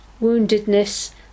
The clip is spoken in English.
woundedness